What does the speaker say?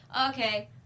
Okay